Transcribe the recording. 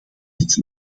niet